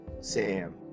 Sam